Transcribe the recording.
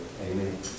Amen